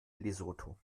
lesotho